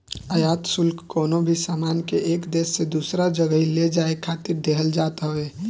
आयात शुल्क कवनो भी सामान के एक देस से दूसरा जगही ले जाए खातिर देहल जात हवे